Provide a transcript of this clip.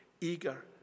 eager